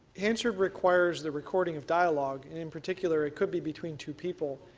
answer requires the recording of dialogue and in particular it could be between two people.